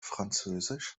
französisch